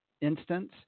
instance